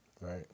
Right